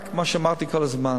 רק מה שאמרתי כל הזמן,